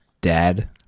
Dad